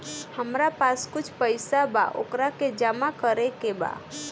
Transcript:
हमरा पास कुछ पईसा बा वोकरा के जमा करे के बा?